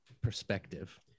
perspective